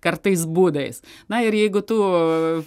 kartais būdais na ir jeigu tu